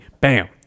bam